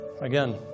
again